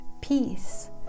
peace